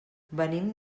venim